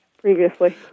previously